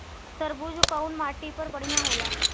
तरबूज कउन माटी पर बढ़ीया होला?